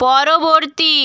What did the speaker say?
পরবর্তী